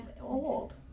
old